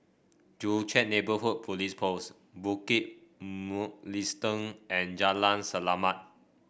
Joo Chiat Neighbourhood Police Post Bukit Mugliston and Jalan Selamat